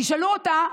תשאלו אותה.